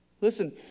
Listen